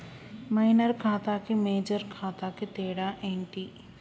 Minor ఖాతా కి major ఖాతా కి తేడా ఏంటి?